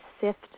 sift